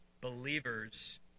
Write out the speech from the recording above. believers